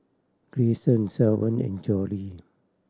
Greyson Shavon and Jory